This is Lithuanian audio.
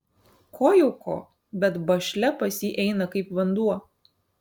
ko jau ko bet bašlia pas jį eina kaip vanduo